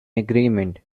agreement